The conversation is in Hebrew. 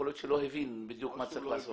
יכול להיות שהוא לא הבין בדיוק מה צריך לעשות.